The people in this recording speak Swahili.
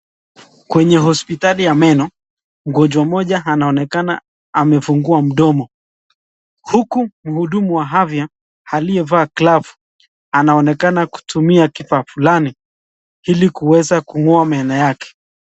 Kwenye hospitali ya meno, mgonjwa mmoja anaonekana amefungua mdomo huku mhudumu wa afya aliyevaa glavu anaonekana kutumia kifa fulani ili kuweza kung’oa meno yake.